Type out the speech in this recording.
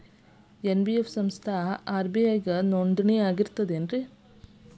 NBF ಸಂಸ್ಥಾ RBI ಗೆ ನೋಂದಣಿ ಆಗಿರ್ತದಾ?